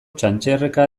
txantxerreka